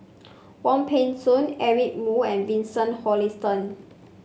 Wong Peng Soon Eric Moo and Vincent Hoisington